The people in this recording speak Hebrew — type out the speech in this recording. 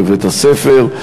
או לבית-הספר.